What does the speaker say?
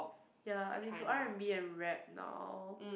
ya I'm into R and B and rap now